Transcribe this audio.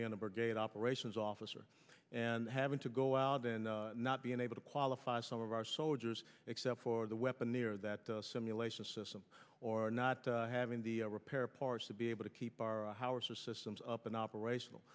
being a brigade operations officer and having to go out and not being able to qualify some of our soldiers except for the weapon near that simulation system or not having the repair parts to be able to keep our howitzer systems up and operational